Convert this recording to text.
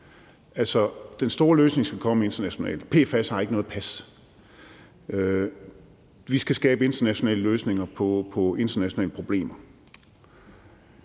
den store løsning skal komme internationalt. PFAS har ikke noget pas, og vi skal skabe internationale løsninger på internationale problemer.